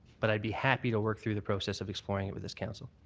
but i'd be happy to work through the process of exploring it with this council.